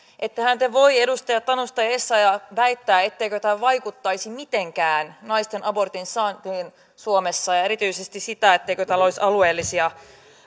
ettehän te voi edustajat tanus ja essayah väittää etteikö tämä vaikuttaisi mitenkään naisten abortin saantiin suomessa ja erityisesti sitä etteikö tällä olisi myöskin alueellisia